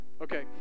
Okay